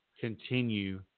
continue